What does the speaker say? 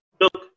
Look